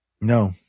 no